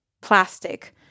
Plastic